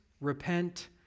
repent